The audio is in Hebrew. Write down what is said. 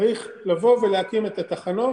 צריך להקים את התחנות,